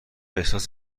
احساس